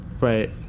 Right